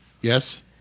Yes